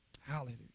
Hallelujah